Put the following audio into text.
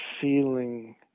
feeling